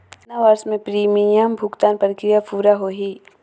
कतना वर्ष मे प्रीमियम भुगतान प्रक्रिया पूरा होही?